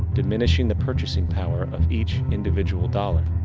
diminishing the purchasing power of each individual dollar.